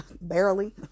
barely